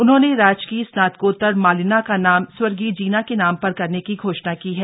उन्होंने राजकीय स्नाकोत्तर मालिना का नाम स्वर्गीय जीना के नाम पर करने की घोषणा की है